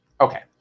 Okay